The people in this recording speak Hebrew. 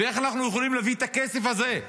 ואיך אנחנו יכולים להביא את הכסף הזה,